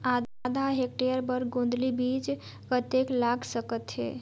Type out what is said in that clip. आधा हेक्टेयर बर गोंदली बीच कतेक लाग सकथे?